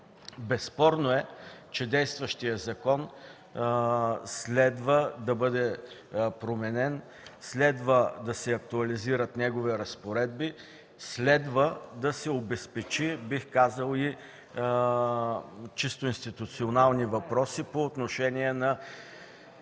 Безспорно е, че действащият закон следва да бъде променен, следва да се актуализират негови разпоредби, следва да се обезпечат и чисто институционални въпроси по отношение на